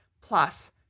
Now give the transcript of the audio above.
plus